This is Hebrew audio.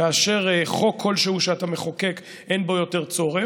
כאשר חוק כלשהו שאתה מחוקק אין בו יותר צורך,